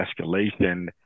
escalation